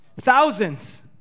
Thousands